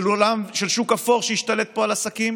של שוק אפור שהשתלט פה על עסקים.